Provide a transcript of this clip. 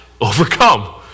overcome